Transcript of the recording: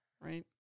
Right